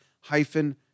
hyphen